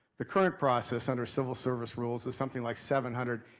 the current process under civil service rules is something like seven hundred,